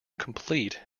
complete